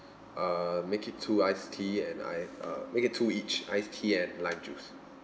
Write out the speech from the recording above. uh make it two ice tea and I've uh make it two each ice tea and lime juice